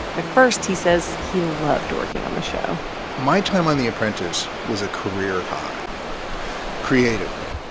at first, he says he loved working on the show my time on the apprentice was a career high creatively.